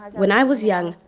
when i was young,